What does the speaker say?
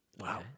Wow